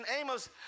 Amos